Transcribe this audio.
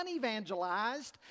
unevangelized